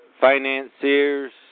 financiers